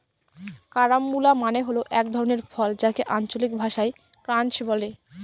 carambola মানে হল এক ধরনের ফল যাকে আঞ্চলিক ভাষায় ক্রাঞ্চ বলে